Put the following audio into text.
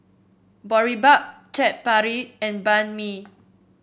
Boribap Chaat Papri and Banh Mi